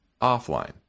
offline